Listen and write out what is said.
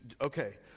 okay